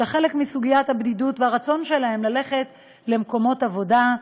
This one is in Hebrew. כחלק מסוגיית הבדידות הרצון שלהם הוא ללכת למקומות עבודה.